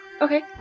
Okay